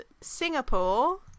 singapore